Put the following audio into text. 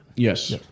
Yes